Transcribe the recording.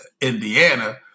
Indiana